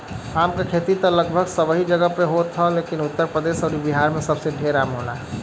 आम क खेती त लगभग सब जगही पे होत ह लेकिन उत्तर प्रदेश अउरी बिहार में सबसे ढेर आम होला